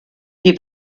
die